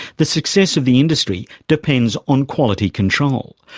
the success of the industry depends on quality control.